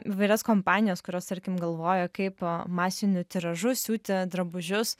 įvairias kompanijas kurios tarkim galvoja kaip masiniu tiražu siūti drabužius